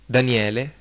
Daniele